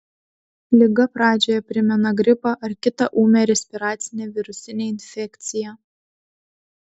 liga pradžioje primena gripą ar kitą ūmią respiracinę virusinę infekciją